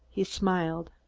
he smiled.